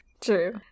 true